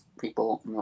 people